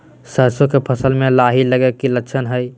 सरसों के फसल में लाही लगे कि लक्षण हय?